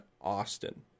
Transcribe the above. Austin